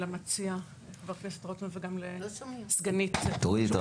למציע, חבר הכנסת רוטמן, וגם לסגנית שר